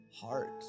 heart